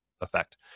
effect